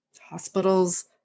hospitals